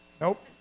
Nope